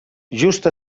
just